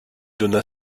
donna